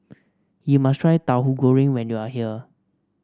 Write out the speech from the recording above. you must try Tauhu Goreng when you are here